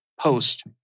post